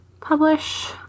publish